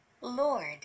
Lord